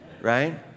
right